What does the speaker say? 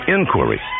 Inquiry